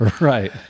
Right